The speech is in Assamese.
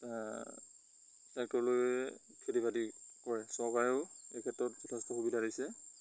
ট্ৰেক্টৰ লৈ খেতি বাতি কৰে চৰকাৰেও এই ক্ষেত্ৰত যথেষ্ট সুবিধা দিছে